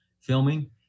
filming